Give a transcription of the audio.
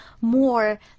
more